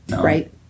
Right